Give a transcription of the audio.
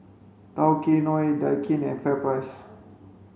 Tao Kae Noi Daikin and FairPrice